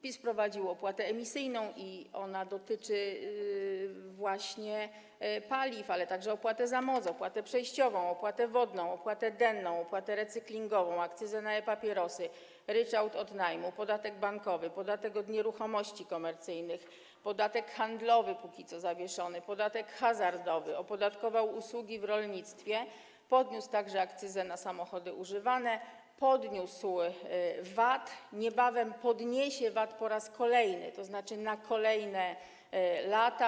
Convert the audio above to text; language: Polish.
PiS wprowadził opłatę emisyjną, ona dotyczy właśnie paliw, ale, także opłatę za moc, opłatę przejściową, opłatę wodną, opłatę denną, opłatę recyklingową, akcyzę na e-papierosy, ryczałt od najmu, podatek bankowy, podatek od nieruchomości komercyjnych, podatek handlowy, póki co zawieszony, podatek hazardowy, opodatkował usługi w rolnictwie, podniósł także akcyzę na samochody używane, podniósł VAT, niebawem podniesie VAT po raz kolejny, to znaczy na kolejne lata.